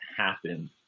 happen